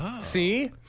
See